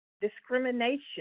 Discrimination